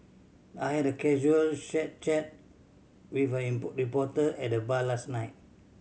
I had a casual chat with a reporter at the bar last night